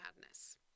madness